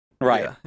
Right